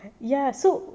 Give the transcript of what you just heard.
ya so